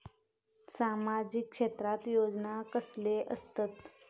सामाजिक क्षेत्रात योजना कसले असतत?